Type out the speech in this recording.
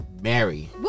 Mary